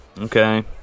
Okay